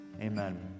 Amen